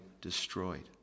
destroyed